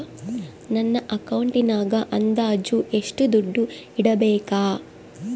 ನನ್ನ ಅಕೌಂಟಿನಾಗ ಅಂದಾಜು ಎಷ್ಟು ದುಡ್ಡು ಇಡಬೇಕಾ?